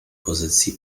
pozycji